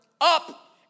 up